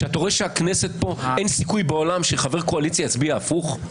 אתה רואה שבכנסת אין סיכוי בעולם שחבר קואליציה יצביע הפוך.